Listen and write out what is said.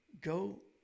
go